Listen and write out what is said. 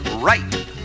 Right